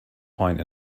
point